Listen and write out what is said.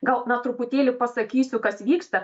gal na truputėlį pasakysiu kas vyksta